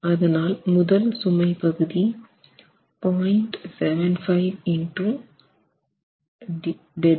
அதனால் முதல் சுமை பகுதி 0